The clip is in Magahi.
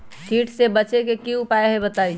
कीट से बचे के की उपाय हैं बताई?